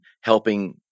helping